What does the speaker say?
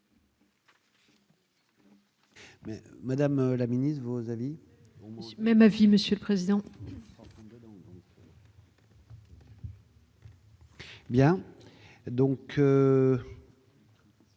Madame la Ministre, vos avis. Même avis, Monsieur le Président. Bien donc.